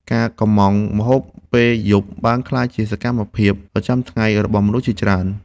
ការកុម្ម៉ង់ម្ហូបពេលយប់ បានក្លាយជាសកម្មភាពប្រចាំថ្ងៃរបស់មនុស្សជាច្រើន។